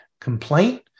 complaint